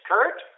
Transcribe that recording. Kurt